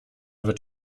wird